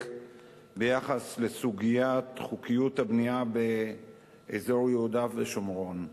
בסוגיית חוקיות הבנייה באזור יהודה ושומרון.